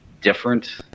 different